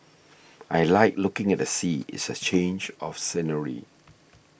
I like looking at the sea it's a change of scenery